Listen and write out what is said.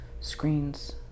screens